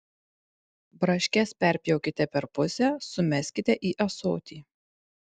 braškes perpjaukite per pusę sumeskite į ąsotį